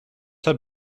have